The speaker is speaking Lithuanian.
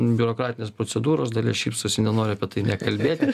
biurokratinės procedūros dalis šypsosi nenori apie tai nė kalbėti